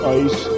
ice